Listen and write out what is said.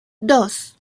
dos